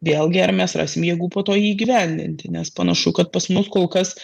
vėlgi ar mes rasim jėgų po to jį įgyvendinti nes panašu kad pas mus kol kas